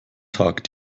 tag